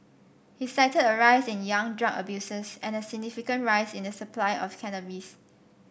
he cited a rise in young drug abusers and a significant rise in the supply of cannabis